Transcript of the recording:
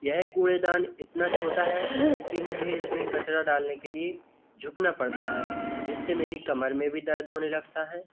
यह कूड़ेदान इतना छोटा है कि मुझे इसमें कचरा डालने के लिए झुकना पड़ता है जिससे मेरी कमर में भी दर्द होने लगता है